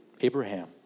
Abraham